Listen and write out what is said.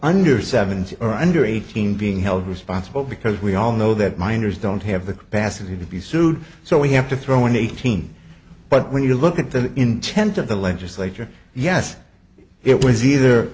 under seventy or under eighteen being held responsible because we all know that minors don't have the capacity to be sued so we have to throw in eighteen but when you look at the intent of the legislature yes it was either